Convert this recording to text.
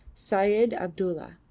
syed abdulla,